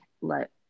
let